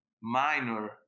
minor